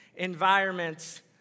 Environments